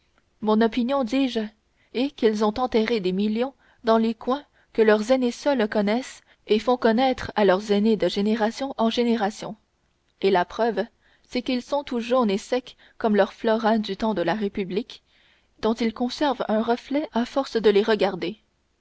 mon opinion dis-je est qu'ils ont enterré des millions dans des coins que leurs aînés seuls connaissent et font connaître à leurs aînés de génération en génération et la preuve c'est qu'ils sont tous jaunes et secs comme leurs florins du temps de la république dont ils conservent un reflet à force de les regarder